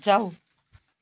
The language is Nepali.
जाऊ